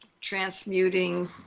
transmuting